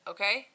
Okay